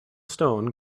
stone